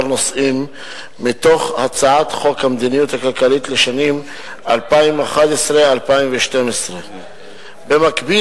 נושאים מתוך הצעת חוק המדיניות הכלכלית לשנים 2011 2012. במקביל